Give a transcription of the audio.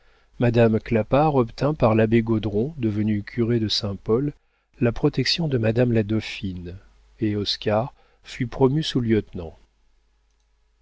madame clapart obtint par l'abbé gaudron devenu curé de saint-paul la protection de madame la dauphine et oscar fut promu sous-lieutenant